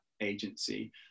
Agency